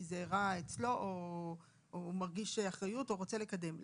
כי זה קרה אצלו או כי הוא מרגיש אחריות ורוצה לקדם את העניין,